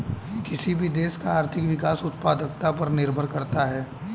किसी भी देश का आर्थिक विकास उत्पादकता पर निर्भर करता हैं